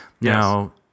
Now